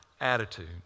attitude